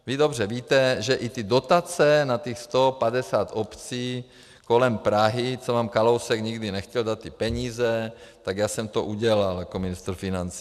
Vy dobře víte, že i ty dotace na těch 150 obcí kolem Prahy, co vám Kalousek nikdy nechtěl dát peníze, tak já jsem to udělal jako ministr financí.